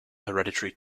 hereditary